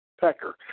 pecker